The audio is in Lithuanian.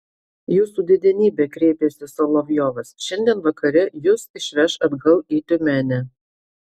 jūsų didenybe kreipėsi solovjovas šiandien vakare jus išveš atgal į tiumenę